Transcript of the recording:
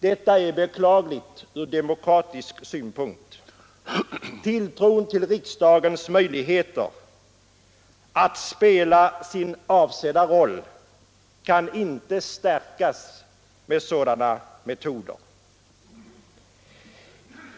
Detta är beklagligt ur demokratisk synpunkt. Tilltron till riksdagens möjligheter att spela sin avsedda roll kan inte stärkas med sådana metoder.